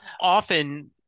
often